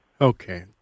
okay